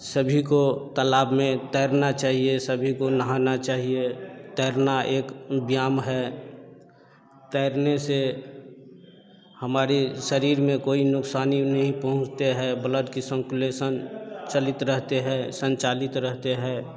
सभी को तलाब में तैरना चाहिए सभी को नहाना चाहिए तैरना एक व्यायाम है तैरने से हमारे शरीर में कोई नुक़सान नहीं पहुंचता है बल्ड का सन्तुलसन चलित रहता है संचालित रहता है